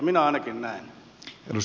minä ainakin näen